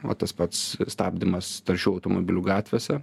o tas pats stabdymas taršių automobilių gatvėse